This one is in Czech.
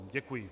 Děkuji.